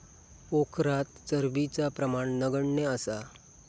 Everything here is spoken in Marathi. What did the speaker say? पोखरात चरबीचा प्रमाण नगण्य असा